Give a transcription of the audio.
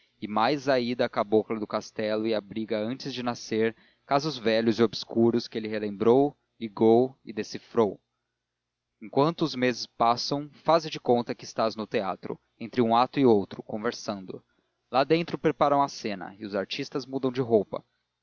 e mais a ida à cabocla do castelo e a briga antes de nascer casos velhos e obscuros que ele relembrou ligou e decifrou enquanto os meses passam faze de conta que estás no teatro entre um ato e outro conversando lá dentro preparam a cena e os artistas mudam de roupa